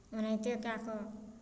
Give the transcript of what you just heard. ओनाहिते कए कऽ